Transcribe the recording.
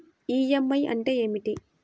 EMI అంటే ఏమిటి?